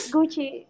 Gucci